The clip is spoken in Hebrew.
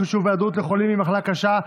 חישוב היעדרות לחולים במחלה קשה),